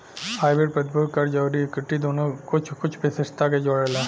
hybrid प्रतिभूति, कर्ज अउरी इक्विटी दुनो के कुछ कुछ विशेषता के जोड़ेला